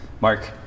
Mark